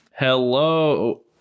Hello